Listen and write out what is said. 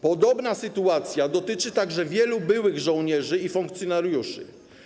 Podobna sytuacja dotyczy także wielu byłych żołnierzy i funkcjonariuszy.